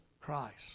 Christ